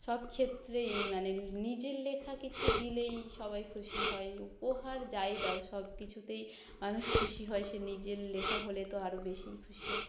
সবক্ষেত্রেই মানে নিজের লেখা কিছু দিলেই সবাই খুশি হয় উপহার যাই দাও সব কিছুতেই মানুষ খুশি হয় সে নিজের লেখা হলে তো আরও বেশিই খুশি হয়